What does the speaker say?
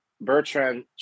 Bertrand